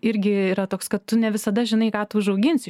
irgi yra toks kad tu ne visada žinai ką tu užauginsi